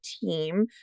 team